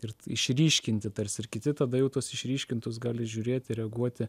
ir išryškinti tarsi ir kiti tada jau tuos išryškintus gali žiūrėti reaguoti